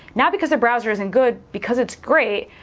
not because the browser isn't good, because it's great,